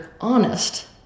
honest